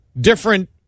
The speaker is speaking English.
different